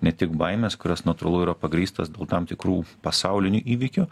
ne tik baimes kurios natūralu yra pagrįstos dėl tam tikrų pasaulinių įvykių